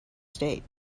state